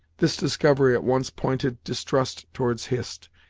this discovery at once pointed distrust towards hist,